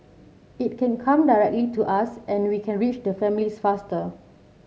it can come directly to us and we can reach the families faster